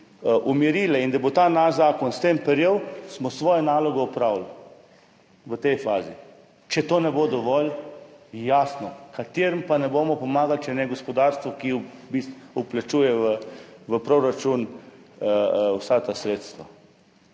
in da bo ta naš zakon s tem prijel, smo svojo nalogo opravili, v tej fazi. Če to ne bo dovolj … Jasno, komu pa bomo pomagali, če ne gospodarstvu, ki v bistvu vplačuje v proračun vsa ta sredstva.